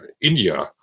India